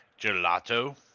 gelato